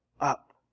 up